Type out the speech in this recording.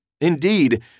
Indeed